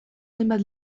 hainbat